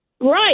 right